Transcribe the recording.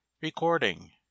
Recording